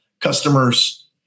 customers